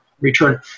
return